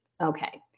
Okay